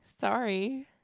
Sorry